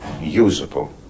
usable